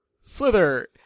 Slither